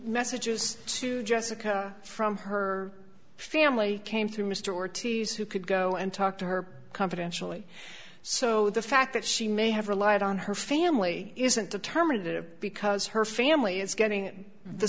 messages to jessica from her family came through mr ortiz who could go and talk to her confidentially so the fact that she may have relied on her family isn't determined it because her family is getting the